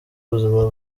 buzima